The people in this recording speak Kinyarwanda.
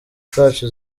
zacu